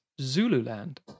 Zululand